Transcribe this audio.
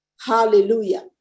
Hallelujah